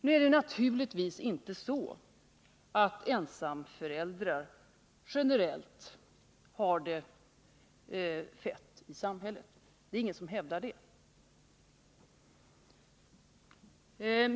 Nu är det naturligtvis inte så att ensamföräldrar generellt har det fett i samhället — det är ingen som hävdar det.